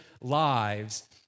lives